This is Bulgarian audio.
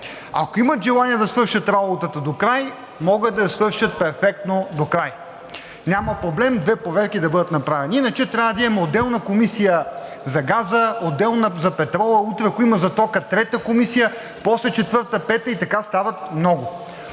ако имат желание да свършат работата до край, могат да я свършат перфектно. Няма проблем две проверки да бъдат направени, а иначе трябва да имаме отделна комисия за газа, отделна за петрола, а утре, ако има за тока – трета комисия, после четвърта, пета и така стават много.